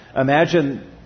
Imagine